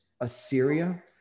Assyria